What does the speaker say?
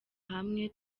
hamwe